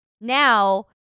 now